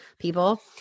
people